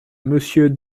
monsieur